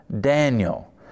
Daniel